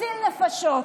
הציל נפשות.